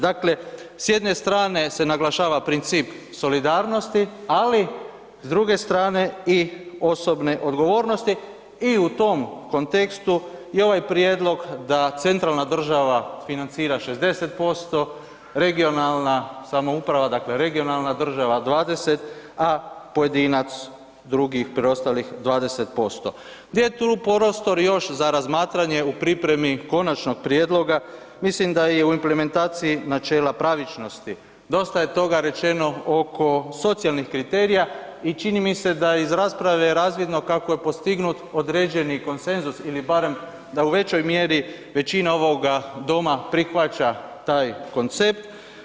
Dakle, s jedne strane se naglašava princip solidarnosti, ali s druge strane i osobne odgovornosti i u tom kontekstu i ovaj prijedlog da centralna država financira 60%, regionalna samouprava, dakle regionalna država 20, a pojedinac drugih preostalih 20%, gdje je tu prostor još za razmatranje u pripremi konačnog prijedloga, mislim da je i u implementaciji načela pravičnosti, dosta je toga rečeno oko socijalnih kriterija i čini mi se da je iz rasprave razvidno kako je postignut određeni konsenzus ili barem da u većoj mjeri većina ovoga doma prihvaća taj koncept.